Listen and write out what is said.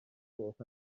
coch